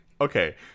Okay